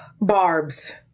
Barbs